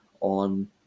on